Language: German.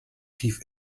tief